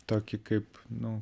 tokį kaip nu